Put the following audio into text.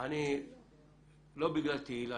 אני תהילה